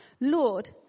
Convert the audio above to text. lord